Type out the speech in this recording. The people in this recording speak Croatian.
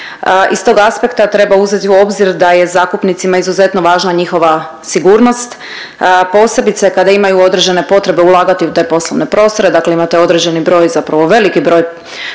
Iz tog aspekta treba uzeti u obzir da je zakupnicima izuzetno važna njihova sigurnost posebice kada imaju određene potrebe ulagati u te poslovne prostore, dakle imate određeni broj, zapravo veliki broj